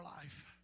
life